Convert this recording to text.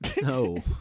No